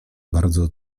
bardzo